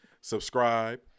Subscribe